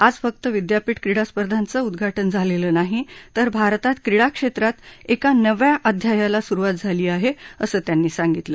आज फक्त विद्यापीठ क्रीडा स्पर्धांचं उदघाजि झालेलं नाही तर भारतात क्रीडा क्षेत्रात एका नव्या अध्यायाला सुरुवात झाली आहे असं त्यांनी सांगितलं